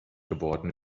geworden